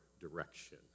direction